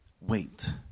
wait